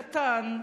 קטן,